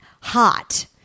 hot